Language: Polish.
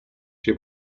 się